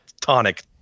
tonic